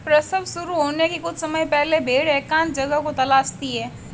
प्रसव शुरू होने के कुछ समय पहले भेड़ एकांत जगह को तलाशती है